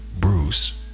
Bruce